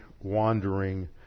wandering